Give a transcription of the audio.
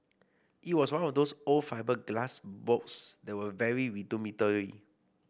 it was one of those old fibreglass boats that were very rudimentary